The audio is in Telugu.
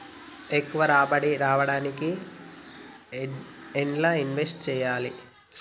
ఎక్కువ రాబడి రావడానికి ఎండ్ల ఇన్వెస్ట్ చేయాలే?